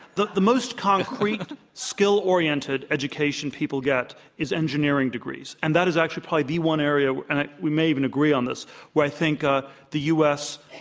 the the most concrete skill oriented education people get is engineering degrees, and that is actually probably the one area and we may even agree on this where i think ah the u. s.